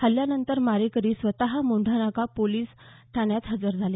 हल्ल्यानंतर मारेकरी स्वतः नवामोंढा पोलीस ठाण्यात हजर झाले